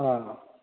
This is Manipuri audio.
ꯑꯥ